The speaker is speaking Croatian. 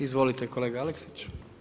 Izvolite kolega Aleksić.